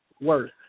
worth